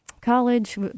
college